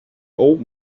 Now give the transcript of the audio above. old